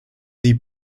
die